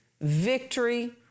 victory